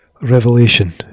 Revelation